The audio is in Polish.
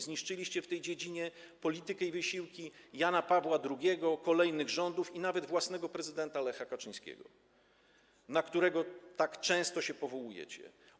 Zniszczyliście w tej dziedzinie politykę i wysiłki Jana Pawła II, kolejnych rządów i nawet własnego prezydenta Lecha Kaczyńskiego, na którego tak często się powołujecie.